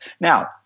Now